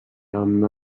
amb